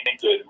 good